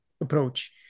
approach